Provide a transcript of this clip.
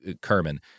Kerman